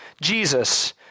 Jesus